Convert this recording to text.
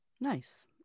Nice